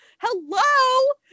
hello